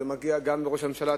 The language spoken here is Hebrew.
זה מגיע גם לראש הממשלה,